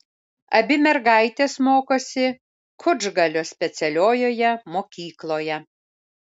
abi mergaitės mokosi kučgalio specialiojoje mokykloje